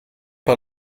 par